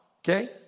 Okay